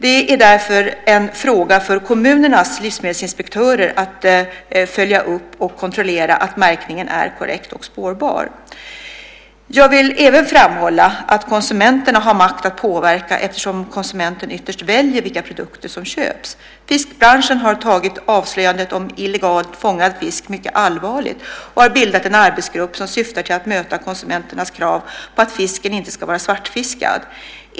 Det är därefter en fråga för kommunernas livsmedelsinspektörer att följa upp och kontrollera att märkningen är korrekt och spårbar. Jag vill även framhålla att konsumenter har makt att påverka eftersom konsumenten ytterst väljer vilka produkter som köps. Fiskbranschen har tagit avslöjandet om illegalt fångad fisk mycket allvarligt och har bildat en arbetsgrupp som syftar till att möta konsumenternas krav på att fisken inte ska vara svartfiskad.